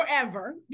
forever